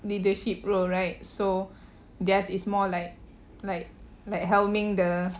leadership role right so theirs it's more like like like helming the